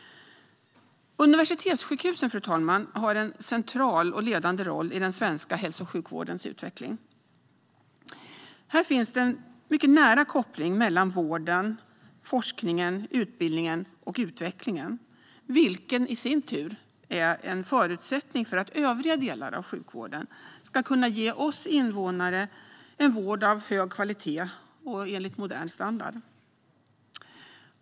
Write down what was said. Universitetssjukhusen har en central och ledande roll i den svenska hälso och sjukvårdens utveckling. Här finns det en mycket nära koppling mellan vården, forskningen, utbildningen och utvecklingen, vilket i sin tur är en förutsättning för att övriga delar av sjukvården ska kunna ge oss invånare en vård av hög kvalitet och enligt modern standard.